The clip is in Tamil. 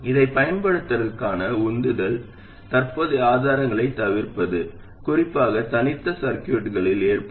இதைப் பயன்படுத்துவதற்கான உந்துதல் தற்போதைய ஆதாரங்களைத் தவிர்ப்பது குறிப்பாக தனித்த சர்கியூட்களில் ஏற்படும்